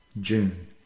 June